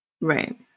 Right